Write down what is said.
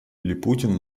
липутин